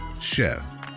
chef